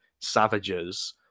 savages